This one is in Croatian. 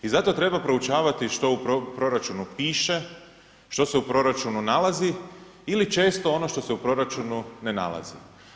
I zato treba proučavati što u proračunu piše, što se u proračunu nalazi ili često ono što se u proračunu ne nalazi.